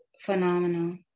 phenomenal